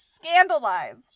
scandalized